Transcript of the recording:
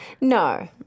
No